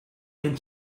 gen